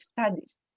studies